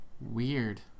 Weird